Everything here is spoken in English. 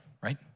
right